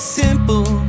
simple